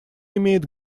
имеет